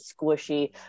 squishy